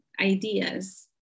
ideas